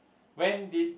when did